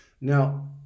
Now